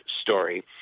story